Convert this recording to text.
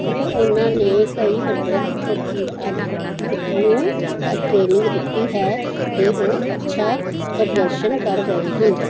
ਉਹ ਉਹਨਾਂ ਨੇ ਕਈ ਵੱਡੇ ਨੂੰ ਟ੍ਰੇਨਿੰਗ ਦਿੱਤੀ ਹੈ ਅਤੇ ਉਹ ਅੱਛਾ ਪ੍ਰਦਰਸ਼ਨ ਕਰ ਰਹੇ ਹਨ